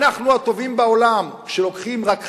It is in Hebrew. אנחנו הטובים בעולם, שלוקחים רק חלק,